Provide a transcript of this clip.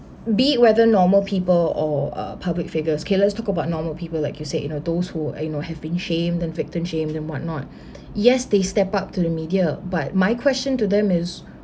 be it whether normal people or uh public figures kayler talks about normal people like you said you know those who uh you know have been shamed and victim shamed and what not yes they stepped up to the media but my question to them is